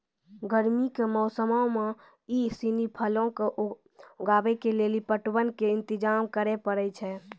गरमी के मौसमो मे इ सिनी फलो के उगाबै के लेली पटवन के इंतजाम करै पड़ै छै